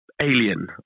alien